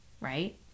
right